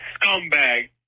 scumbag